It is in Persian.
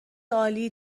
عالی